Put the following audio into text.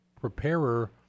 preparer